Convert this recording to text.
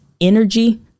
energy